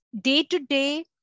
Day-to-day